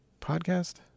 podcast